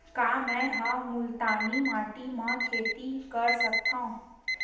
का मै ह मुल्तानी माटी म खेती कर सकथव?